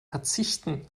verzichten